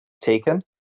taken